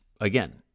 again